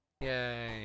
Yay